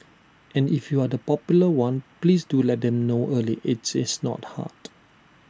and if you are the popular one please do let them know early IT is not hard